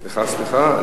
סליחה, סליחה.